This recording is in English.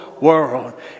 world